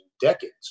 decades